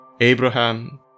Abraham